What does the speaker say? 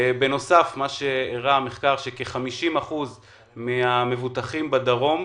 בנוסף, המחקר הראה שכ-50% מהמבוטחים בדרום,